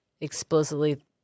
explicitly